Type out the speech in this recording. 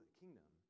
kingdom